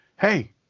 hey